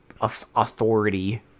authority